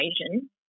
equation